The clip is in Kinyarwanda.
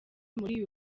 muri